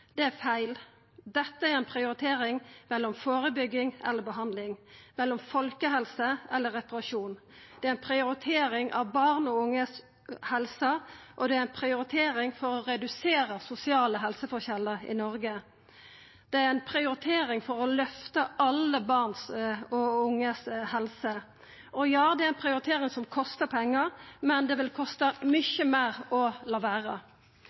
Det er feil. Dette er ei prioritering mellom førebygging eller behandling, mellom folkehelse eller reparasjon. Det er ei prioritering av barn og unges helse, og det er ei prioritering for å redusera sosiale helseforskjellar i Noreg. Det er ei prioritering for å løfta alle barn og unges helse. Ja, det er ei prioritering som kostar pengar, men det vil kosta mykje meir å la vera.